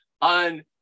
on